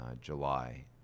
July